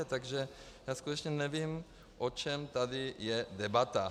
Takže já skutečně nevím, o čem tady je debata.